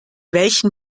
welchen